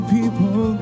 people